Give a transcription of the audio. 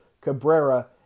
Cabrera